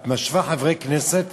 את משווה חברי כנסת,